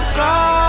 go